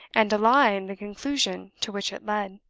and a lie in the conclusion to which it led!